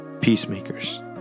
Peacemakers